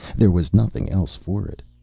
there was nothing else for it.